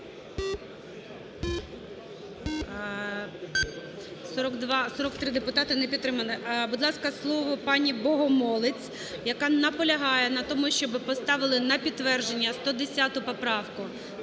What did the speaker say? За-43 Не підтримано. Будь ласка, слово пані Богомолець, яка наполягає на тому, щоб поставили на підтвердження 110 поправку.